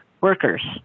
workers